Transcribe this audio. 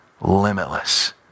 limitless